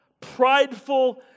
prideful